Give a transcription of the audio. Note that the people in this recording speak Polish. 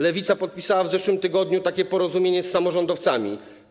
Lewica podpisała w zeszłym roku takie porozumienie z samorządowcami.